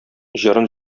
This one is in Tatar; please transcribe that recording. җырын